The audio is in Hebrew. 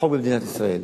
החוק במדינת ישראל.